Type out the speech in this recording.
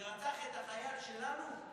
שרצח את החייל שלנו,